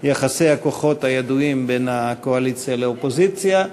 יחסי הכוחות הידועים בין הקואליציה לאופוזיציה.